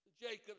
Jacob